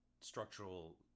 structural